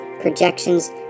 projections